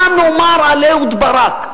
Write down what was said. מה נאמר על אהוד ברק?